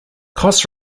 cost